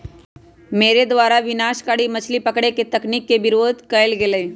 मेरे द्वारा विनाशकारी मछली पकड़े के तकनीक के विरोध कइल गेलय